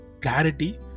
clarity